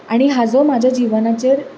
आनी हाचो म्हाज्या जिवनाचेर